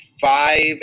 Five